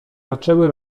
zaczęły